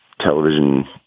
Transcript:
television